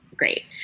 great